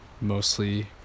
mostly